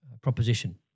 proposition